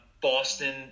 Boston